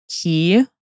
key